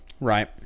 Right